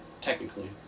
technically